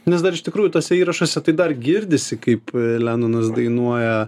nes dar iš tikrųjų tuose įrašuose tai dar girdisi kaip lenonas dainuoja